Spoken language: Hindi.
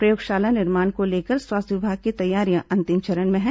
प्रयोगशाला निर्माण को लेकर स्वास्थ्य विभाग की तैयारियां अंतिम चरण में है